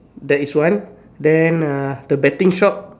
that is one then uh the betting shop